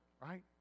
right